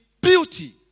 beauty